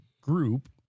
group